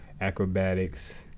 acrobatics